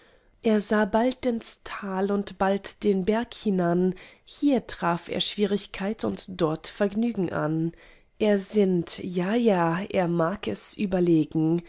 er sah bald in das tal und bald den berg hinan hier traf er schwierigkeit und dort vergnügen an er sinnt ja ja er mag es überlegen